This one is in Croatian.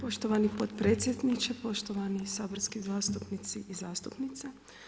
Poštovani potpredsjedniče, poštovani saborski zastupnici i zastupnice.